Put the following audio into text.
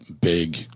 big